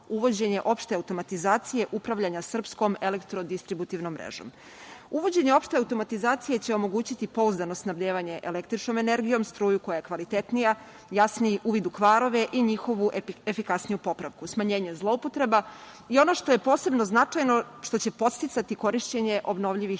uvođenje opšte automatizacije upravljanja srpskom elektrodistributivnom mrežom. Uvođenje opšte automatizacije će omogućiti pouzdano snabdevanje električnom energijom, struju koja je kvalitetnija, jasniji uvid u kvarove i njihovu efikasniju popravku, smanjenje zloupotreba i ono što je posebno značajno, što će podsticati korišćenje obnovljivih